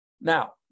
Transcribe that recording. Now